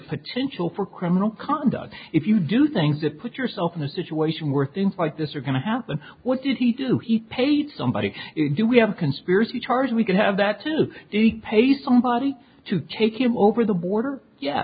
potential for criminal conduct if you do things that put yourself in a situation where things like this are going to happen what did he do he paid somebody do we have conspiracy charge we could have that to pay somebody to take him over the border ye